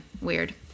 weird